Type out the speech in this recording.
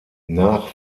nach